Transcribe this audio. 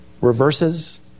reverses